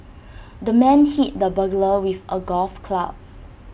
the man hit the burglar with A golf club